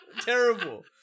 Terrible